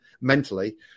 mentally –